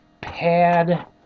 Pad